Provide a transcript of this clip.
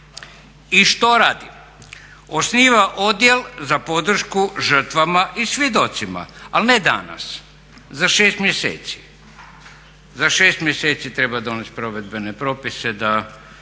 I što radi? Osniva odjel za podršku žrtvama i svjedocima, ali ne danas, za 6 mjeseci, za 6 mjeseci treba donest provedbene propise da